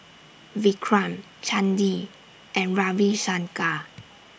Vikram Chandi and Ravi Shankar